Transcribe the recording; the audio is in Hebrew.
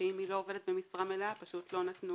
שאם היא לא עובדת במשרה מלאה פשוט לא נתנו